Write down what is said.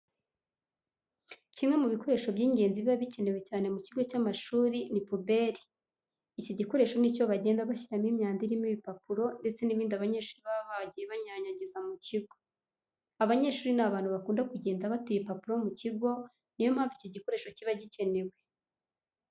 Kimwe mu bikoresho by'ingenzi biba bikenewe cyane mu kigo cy'amashuri ni puberi. Iki gikoresho ni cyo bagenda bashyiramo imyanda irimo ibipapuro ndetse n'ibindi abanyeshuri baba bagiye banyanyagiza mu kigo. Abanyeshuri ni abantu bakunda kugenda bata ibipapuro mu kigo, niyo mpamvu iki gikoresho kiba gikenewe.